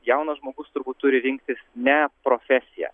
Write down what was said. jaunas žmogus turbūt turi rinktis ne profesiją